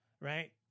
Right